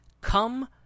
come